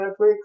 Netflix